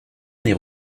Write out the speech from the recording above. n’est